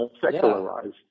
secularized